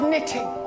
Knitting